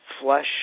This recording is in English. flesh